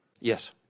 Yes